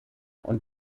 und